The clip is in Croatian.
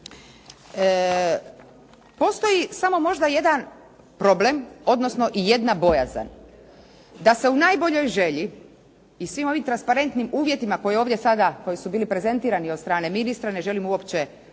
Postoji samo možda jedan problem, odnosno i jedna bojazan da se u najboljoj želji i svim ovim transparentnim uvjetima koji ovdje sada, koji su bili prezentirani od strane ministra, ne želim uopće